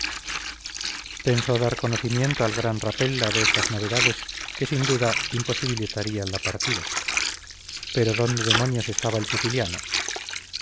pensó dar conocimiento al gran rapella de estas novedades que sin duda imposibilitarían la partida pero dónde demonios estaba el siciliano